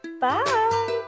bye